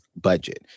budget